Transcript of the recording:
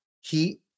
Heat